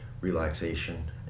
relaxation